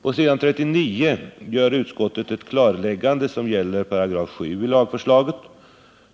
På s. 39 gör utskottet ett klarläggande som gäller 7 § i lagförslaget.